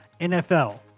NFL